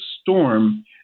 storm